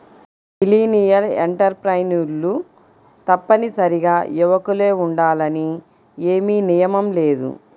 millennial ఎంటర్ప్రెన్యూర్లు తప్పనిసరిగా యువకులే ఉండాలని ఏమీ నియమం లేదు